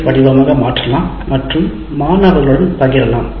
F வடிவமாக மாற்றலாம் மற்றும் மாணவர்களுடன் பகிரலாம்